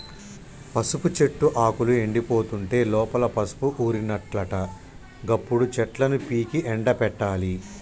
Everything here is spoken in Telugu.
పసుపు చెట్టు ఆకులు ఎండిపోతుంటే లోపల పసుపు ఊరినట్లట గప్పుడు చెట్లను పీకి ఎండపెట్టాలి